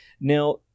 Now